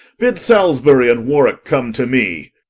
bid salsbury and warwicke come to me.